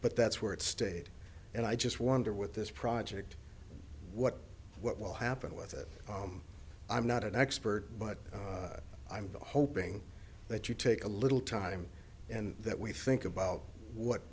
but that's where it stayed and i just wonder what this project what what will happen with it i'm not an expert but i'm hoping that you take a little time and that we think about what